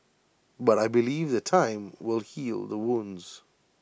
but I believe that time will heal the wounds